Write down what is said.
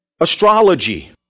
astrology